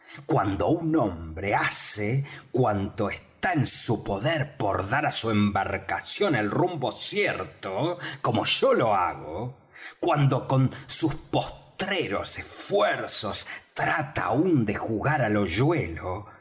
cuando un hombre hace cuanto está en su poder por dar á su embarcación el rumbo cierto como yo lo hago cuando con sus postreros esfuerzos trata aún de jugar al